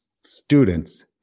students